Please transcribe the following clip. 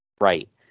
Right